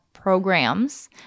programs